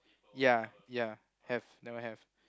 ya ya have that one have